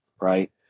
Right